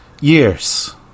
years